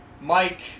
Mike